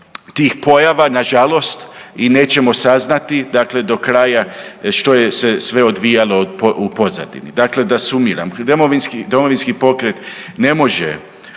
tih pojava, na žalost i nećemo saznati dakle do kraja što je se sve odvijalo u pozadini. Da sumiram, Domovinski pokret ne može